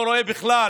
אני לא רואה בכלל